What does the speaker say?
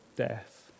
death